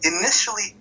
initially